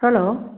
hello